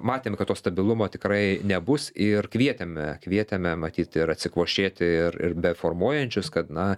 matėm kad to stabilumo tikrai nebus ir kvietėme kvietėme matyt ir atsikvošėti ir ir beformuojančius kad na